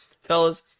Fellas